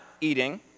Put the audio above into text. eating